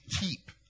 keep